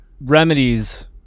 remedies